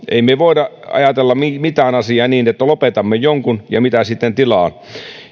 emme me voi ajatella mitään asiaa niin että lopetamme jonkun ja mitä sitten tilalle